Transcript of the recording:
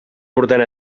portant